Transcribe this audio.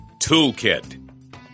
TOOLKIT